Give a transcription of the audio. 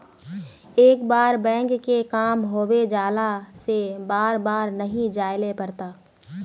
एक बार बैंक के काम होबे जाला से बार बार नहीं जाइले पड़ता?